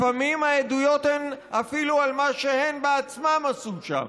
לפעמים העדויות הן אפילו על מה שהם עצמם עשו שם.